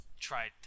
tried